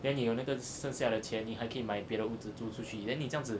then 你有那个剩下的钱你还可以买别的屋子租出去 then 你这样子